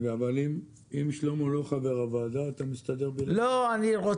אם שלמה לא חבר הוועדה, אתה מסתדר בלעדיי?